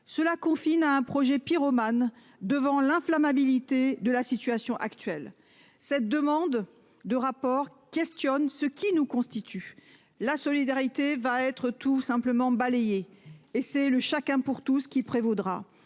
cela confine à un projet pyromanes devant l'inflammabilité de la situation actuelle. Cette demande de rapport questionne ce qui nous constitue la solidarité va être tout simplement balayée et c'est le chacun pour tous ce qui prévaudra